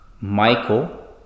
Michael